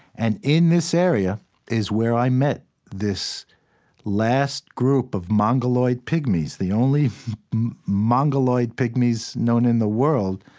and in this area is where i met this last group of mongoloid pygmies, the only mongoloid pygmies known in the world,